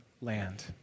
land